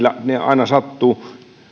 ne aina sattuvat